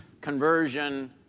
conversion